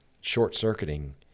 short-circuiting